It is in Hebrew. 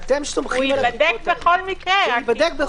הוא ייבדק בכל מקרה.